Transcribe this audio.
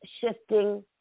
shifting